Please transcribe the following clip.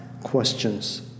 questions